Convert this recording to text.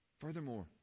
Furthermore